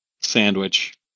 sandwich